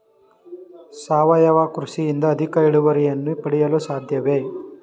ಸಾವಯವ ಕೃಷಿಯಿಂದ ಅಧಿಕ ಇಳುವರಿಯನ್ನು ಪಡೆಯಲು ಸಾಧ್ಯವೇ?